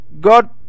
God